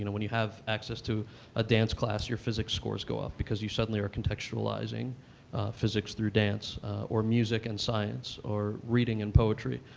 you know when you have access to a dance class, your physics scores go up, because you suddenly are contextualizing physics through dance or music and science or reading and poetry.